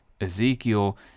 Ezekiel